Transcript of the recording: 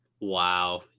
wow